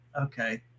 okay